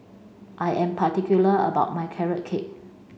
I am particular about my carrot cake